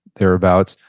thereabouts.